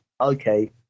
okay